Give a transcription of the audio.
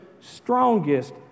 strongest